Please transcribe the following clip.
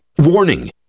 Warning